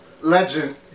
Legend